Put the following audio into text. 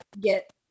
get